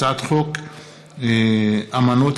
אני קובעת כי הצעת חוק עבודת נשים (תיקון מס'